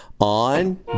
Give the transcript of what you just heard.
on